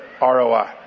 roi